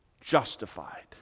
justified